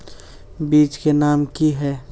बीज के नाम की है?